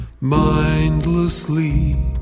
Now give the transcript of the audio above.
mindlessly